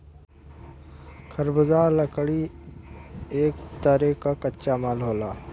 खरबुदाह लकड़ी एक तरे क कच्चा माल होला